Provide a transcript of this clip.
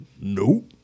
Nope